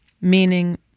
Meaning